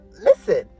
Listen